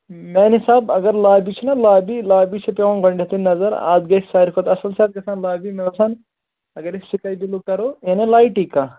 میانہِ حِساب اگر لابی چھِنہ لابی لابی چھِ پیٚوان گۄڈنٮ۪تھٕے نظر اَتھ گژھِ ساروی کھۄتہٕ اَصٕل گژھان لابی مےٚ باسان اگر أسۍ سِکاے بلو کَرو یعنی لایٹٕے کانٛہہ